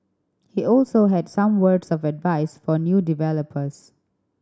he also had some words of advice for new developers